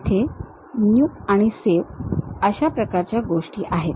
तेथे New आणि Save अशा प्रकारच्या गोष्टी आहेत